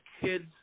kids